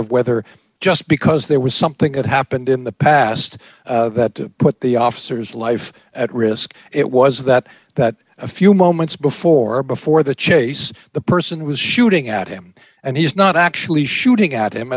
of whether just because there was something that happened in the past that put the officers life at risk it was that that a few moments before before the chase the person was shooting at him and he's not actually shooting at him